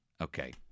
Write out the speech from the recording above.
Okay